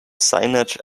signage